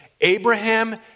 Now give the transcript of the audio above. Abraham